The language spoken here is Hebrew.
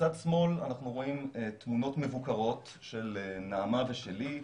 מצד שמאל אנחנו רואים תמונות מבוקרות של נעמה ושלי.